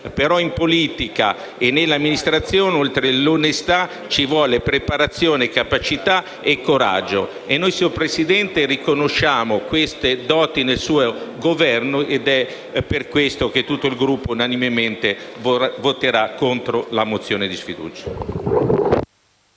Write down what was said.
Ma in politica e nell'amministrazione oltre all'onestà ci vuole preparazione, capacità e coraggio. E noi, signor Presidente, riconosciamo queste doti nel suo Governo, ed è per questo che tutto il Gruppo unanimemente voterà contro la mozione di sfiducia.